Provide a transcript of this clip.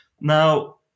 Now